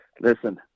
listen